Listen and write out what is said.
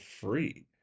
free